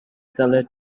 seller